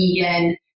vegan